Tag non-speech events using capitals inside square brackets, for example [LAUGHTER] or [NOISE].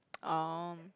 [NOISE] oh